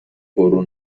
پررو